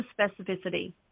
specificity